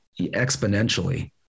exponentially